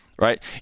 right